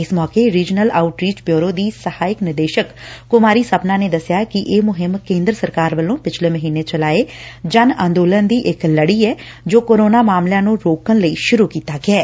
ਇਸ ਮੌਕੇ regional outreach bureau ਦੀ ਸਹਾਇਕ ਨਿਦੇਸ਼ਕ ਕੁਮਾਰੀ ਸਪਨਾ ਨੇ ਦਸਿਆ ਕਿ ਇਹ ਮੁਹਿੰਮ ਕੇਂਦਰ ਸਰਕਾਰ ਵੱਲੋਂ ਪਿਛਲੇ ਮਹੀਨੇ ਚਲਾਏ ਜਨ ਅੰਦੋਲਨ ਦੀ ਇਕ ਲੜੀ ਐ ਜੋ ਕੋਰੋਨਾ ਮਾਮਲਿਆਂ ਨੂੰ ਰੋਕਣ ਲਈ ਸੁਰੂ ਕੀਤਾ ਗਿਐ